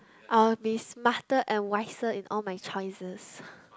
I will be smarter and wiser in all my choices